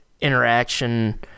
interaction